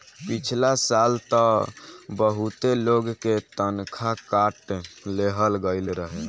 पिछला साल तअ बहुते लोग के तनखा काट लेहल गईल रहे